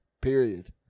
period